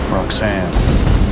Roxanne